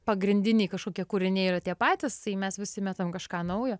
pagrindiniai kažkokie kūriniai yra tie patys tai mes nusimetam kažką naujo